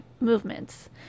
movements